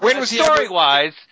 Story-wise